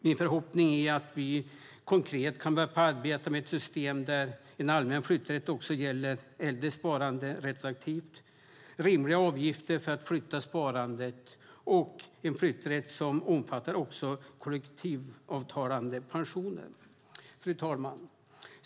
Min förhoppning är att vi konkret kan börja arbetet med ett system där en allmän flytträtt också gäller äldre sparande retroaktivt där avgifterna är rimliga för att flytta sparandet där flytträtten också omfattar kollektivavtalade pensioner. Fru talman!